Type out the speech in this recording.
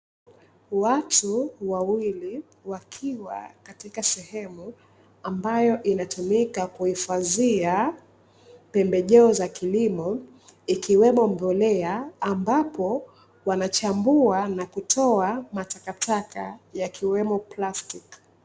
Watu wawili wakiwa katika sehemu, ambayo inatumika kuhifadhia pembejeo za kilimo, ikiwemo mbolea ambapo wanachambua na kutoa matakataka yakiwemo plastiki.